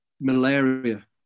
malaria